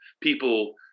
people